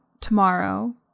tomorrow